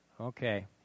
Okay